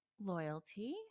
Loyalty